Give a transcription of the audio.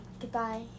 Goodbye